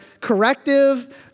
corrective